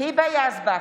היבה יזבק,